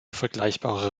vergleichbare